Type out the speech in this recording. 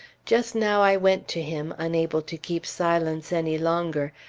just now i went to him, unable to keep silence any longer,